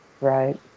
right